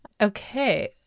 Okay